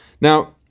Now